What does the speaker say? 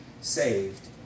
saved